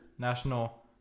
National